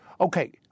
Okay